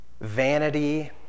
Vanity